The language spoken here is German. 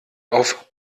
auf